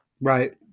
Right